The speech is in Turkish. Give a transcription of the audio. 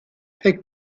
pek